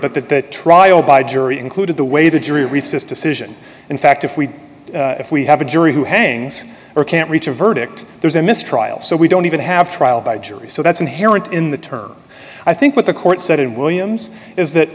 but that the trial by jury included the way the jury resists decision in fact if we if we have a jury who hangs or can't reach a verdict there's a mistrial so we don't even have trial by jury so that's inherent in the term i think what the court said in williams is that